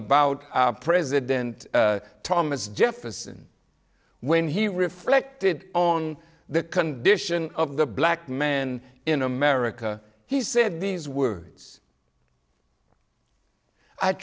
about president thomas jefferson when he reflected on the condition of the black man in america he said these words i